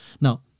Now